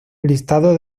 listado